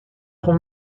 ran